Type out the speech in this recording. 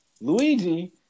Luigi